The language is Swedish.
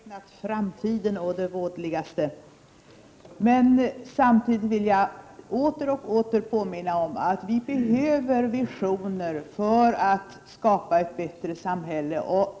Fru talman! Ja, jag har alltså intecknat framtiden å det vådligaste, men samtidigt vill jag gång på gång påminna om att vi behöver visioner för att skapa ett bättre samhälle.